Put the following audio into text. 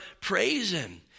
praising